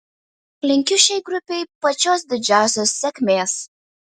linkiu šiai grupei pačios didžiausios sėkmės